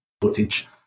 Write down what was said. footage